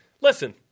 listen